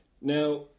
Now